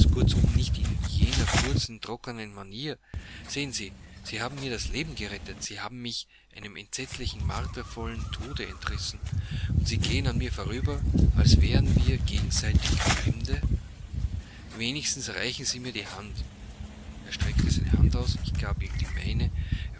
nicht in jener kurzen trockenen manier sehen sie sie haben mir das leben gerettet sie haben mich einem entsetzlichen martervollen tode entrissen und sie gehen an mir vorüber als wären wir gegenseitig fremde wenigstens reichen sie mir die hand er streckte seine hand aus ich gab ihm die meine